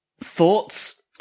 Thoughts